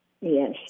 Yes